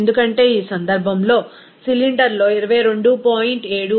ఎందుకంటే ఈ సందర్భంలో సిలిండర్లో 22